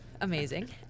amazing